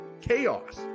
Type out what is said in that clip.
chaos